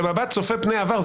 במבט צופה פני עבר,